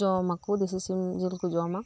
ᱫᱚ ᱡᱚᱢᱟᱠᱚ ᱫᱮᱥᱤ ᱥᱤᱢ ᱡᱮᱞ ᱠᱚ ᱡᱚᱢᱟ